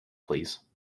please